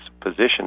position